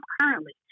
currently